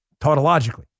tautologically